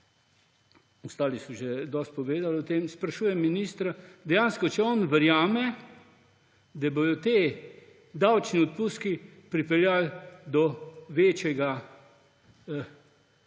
ostali so že dosti povedali o tem, sprašujem ministra – ali on dejansko verjame, da bodo ti davčni odpustki pripeljali do večjega